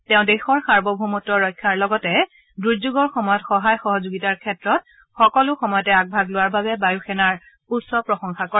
তেওঁ দেশৰ সাৰ্বভৌমত্ব ৰক্ষাৰ লগতে দুৰ্যোগৰ সময়ত সহায় সহযোগিতাৰ ক্ষেত্ৰত সকলো সময়তে আগভাগ লোৱাৰ বাবে বায়ু সেনাৰ উচ্চ প্ৰশংসা কৰে